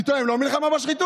פתאום הם לא מלחמה בשחיתות?